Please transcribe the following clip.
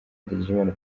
ndagijimana